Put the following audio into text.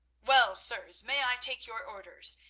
well, sirs, may i take your orders?